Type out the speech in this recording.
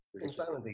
insanity